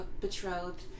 betrothed